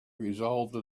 resolved